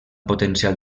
potencial